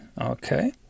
Okay